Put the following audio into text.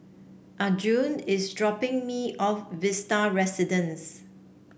Arjun is dropping me off Vista Residences